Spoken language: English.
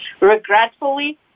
Regretfully